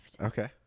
Okay